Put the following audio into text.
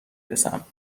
رسم